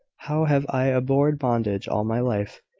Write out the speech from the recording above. how have i abhorred bondage all my life!